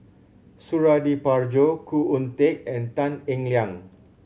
Suradi Parjo Khoo Oon Teik and Tan Eng Liang